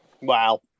Wow